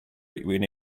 between